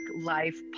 Life